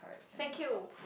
thank you